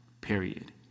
period